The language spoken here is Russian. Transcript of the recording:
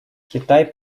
китай